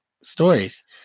stories